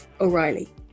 O'Reilly